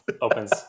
opens